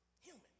human